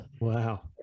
Wow